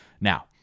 Now